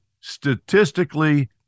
statistically